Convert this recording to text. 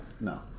No